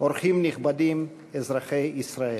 אורחים נכבדים, אזרחי ישראל,